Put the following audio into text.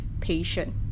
patient